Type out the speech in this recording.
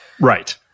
Right